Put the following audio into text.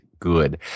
Good